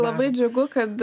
labai džiugu kad